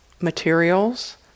materials